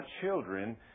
children